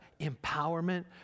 empowerment